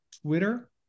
Twitter